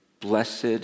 blessed